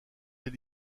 des